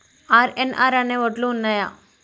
RNR అనే వడ్లు ఉన్నయా?